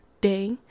day